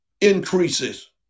increases